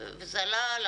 שאלה.